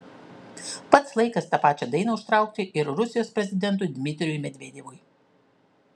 pats laikas tą pačią dainą užtraukti ir rusijos prezidentui dmitrijui medvedevui